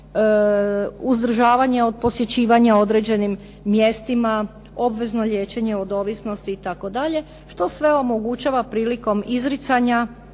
uzdržavanje od posjećivanja određenim mjestima, obvezno liječenje od ovisnosti itd. što sve omogućava prilikom izricanja